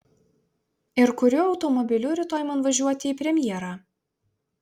ir kuriuo automobiliu rytoj man važiuoti į premjerą